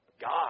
God